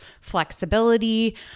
flexibility